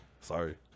Sorry